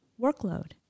workload